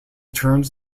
turns